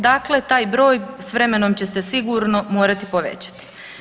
Dakle taj broj s vremenom će se sigurno morati povećati.